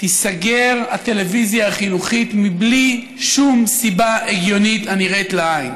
תיסגר הטלוויזיה החינוכית מבלי שום סיבה הגיונית הנראית לעין.